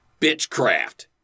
Bitchcraft